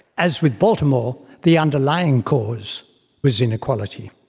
as with baltimore, the underlying cause was inequality.